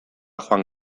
joan